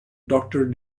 doctor